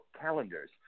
calendars